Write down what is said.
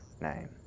name